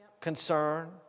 concern